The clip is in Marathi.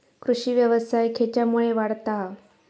कृषीव्यवसाय खेच्यामुळे वाढता हा?